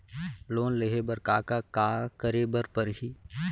Loan लेहे बर का का का करे बर परहि?